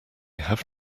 have